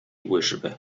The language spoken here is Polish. łyżwy